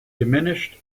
diminished